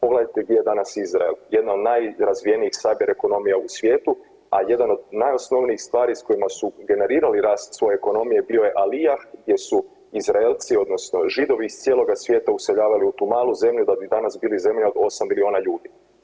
Pogledajte gdje je danas Izrael, jedna od najrazvijenijih … [[Govornik se ne razumije]] ekonomija u svijetu, a jedan od najosnovnijih stvari s kojima su generirali rast svoje ekonomije bio je Alijah gdje su Izraelci odnosno Židovi iz cijeloga svijeta useljavali u tu malu zemlju da bi danas bili zemlja 8 milijuna ljudi.